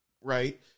right